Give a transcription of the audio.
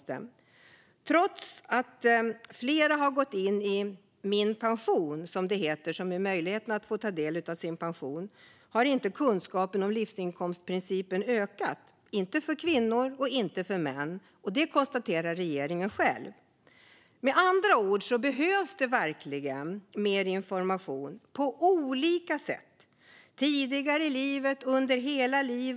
Trots att fler har gått in på minpension.se, den möjlighet som finns för att ta del av sin pension, har kunskap om livsinkomstprincipen inte ökat för vare sig kvinnor eller män. Detta konstaterar regeringen själv. Det behövs med andra ord verkligen mer information. Det behövs på olika sätt både tidigt i livet och under hela livet.